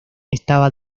estaba